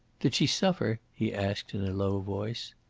did she suffer? he asked in a low voice.